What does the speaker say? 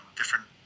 different